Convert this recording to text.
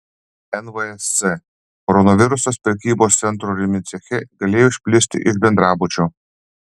nvsc koronavirusas prekybos centro rimi ceche galėjo išplisti iš bendrabučio